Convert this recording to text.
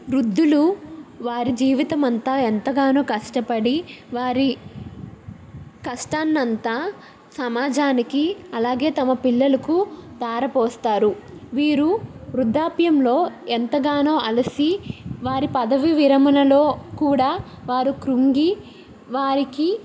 వృద్దులు వారి జీవితమంతా ఎంతగానో కష్టపడి వారి కష్టాన్నంతా సమాజానికి అలాగే తమ పిల్లలకు తారపోస్తారు వీరు వృద్ధాప్యంలో ఎంతగానో అలసి వారి పదవి విరమణలో కూడా వారు కృంగి వారికి